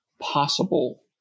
possible